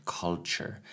culture